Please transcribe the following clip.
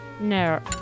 No